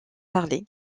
parler